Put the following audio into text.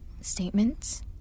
Statements